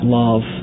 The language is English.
love